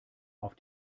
auf